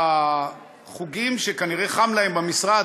בחוגים שכנראה חם להם במשרד,